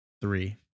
three